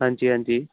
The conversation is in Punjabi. ਹਾਂਜੀ ਹਾਂਜੀ